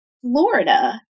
Florida